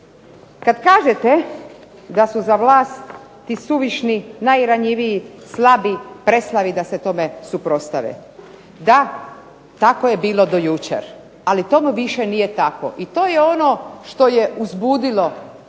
Kad kažete da su za vlast ti suvišni, najranjiviji, slabi, preslabi da se tome suprotstave. Da, tako je bilo do jučer, ali tomu više nije tako. I to je ono što je uzbudilo